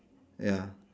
ya